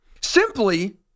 Simply